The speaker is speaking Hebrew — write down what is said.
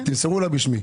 תמסרו לה בשמי.